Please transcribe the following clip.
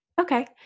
Okay